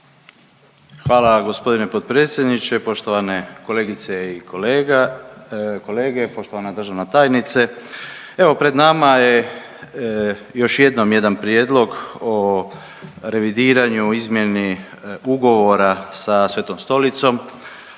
Hvala vam g. potpredsjedniče. Poštovane kolegice i kolege, poštovana državna tajnice, evo pred nama je još jednom jedan Prijedlog o revidiranju i izmjeni ugovora sa Svetom Stolicom